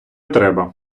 треба